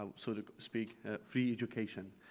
ah sort of speak, free education.